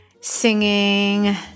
singing